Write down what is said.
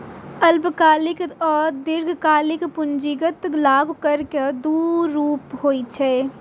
अल्पकालिक आ दीर्घकालिक पूंजीगत लाभ कर के दू रूप होइ छै